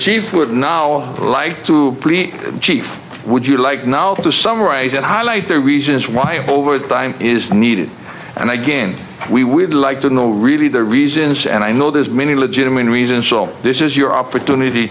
chiefs would now like to chief would you like now to summarize and highlight the reasons why overtime is needed and again we would like to know really the reasons and i know there's many legitimate reasons so this is your opportunity